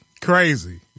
Crazy